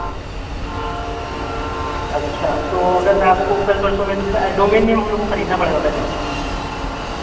اچھا تو اگر میں آپ کو کل پرسوں میں دوں تو ڈوومین نیم ہم لوگ کو خریدنا پڑے گا پہلے